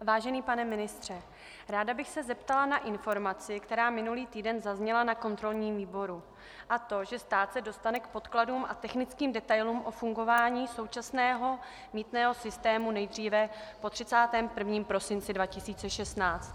Vážený pane ministře, ráda bych se zeptala na informaci, která minulý týden zazněla na kontrolním výboru, a to že stát se dostane k podkladům a technických detailům o fungování současného mýtného systému nejdříve po 31. prosinci 2016.